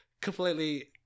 completely